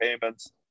payments